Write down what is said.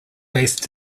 based